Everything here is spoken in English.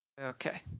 Okay